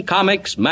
Comics